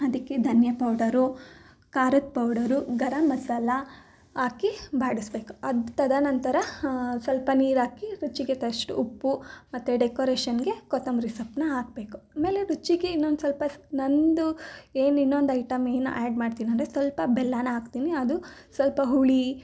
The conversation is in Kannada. ಅದಕ್ಕೆ ಧನಿಯಾ ಪೌಡರು ಖಾರದ ಪೌಡರು ಗರಂ ಮಸಾಲ ಹಾಕಿ ಬಾಡಿಸಬೇಕು ಅದು ತದನಂತರ ಸ್ವಲ್ಪ ನೀರು ಹಾಕಿ ರುಚಿಗೆ ತಕಷ್ಟು ಉಪ್ಪು ಮತ್ತು ಡೆಕೋರೇಷನ್ಗೆ ಕೊತ್ತಂಬರಿ ಸೊಪ್ಪನ್ನ ಹಾಕ್ಬೇಕು ಆಮೇಲೆ ರುಚಿಗೆ ಇನ್ನೊಂದು ಸ್ವಲ್ಪ ನನ್ನದು ಏನು ಇನ್ನೊಂದು ಐಟಮ್ ಏನು ಆ್ಯಡ್ ಮಾಡ್ತೀನಿ ಅಂದರೆ ಸ್ವಲ್ಪ ಬೆಲ್ಲಾನ ಹಾಕ್ತೀನಿ ಅದು ಸ್ವಲ್ಪ ಹುಳಿ